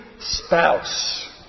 spouse